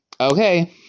Okay